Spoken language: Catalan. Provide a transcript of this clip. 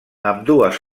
ambdues